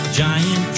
giant